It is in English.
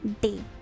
Day